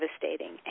devastating